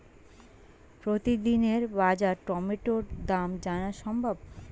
প্রতিদিনের বাজার টমেটোর দাম জানা সম্ভব?